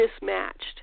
mismatched